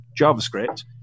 JavaScript